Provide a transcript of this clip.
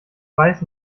weiß